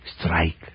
Strike